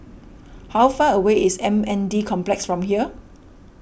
how far away is M N D Complex from here